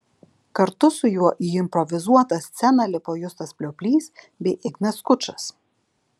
kartu su juo į improvizuotą sceną lipo justas plioplys bei ignas skučas